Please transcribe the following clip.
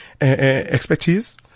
expertise